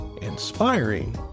inspiring